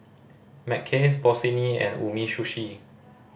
Mackays Bossini and Umisushi